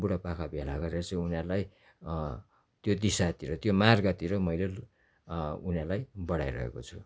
बुढो पाका भेला गरेर चाहिँ उनीहरूलाई त्यो दिशातिर त्यो मार्गतिर मैले उनीहरूलाई बढाइरहेको छु